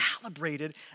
calibrated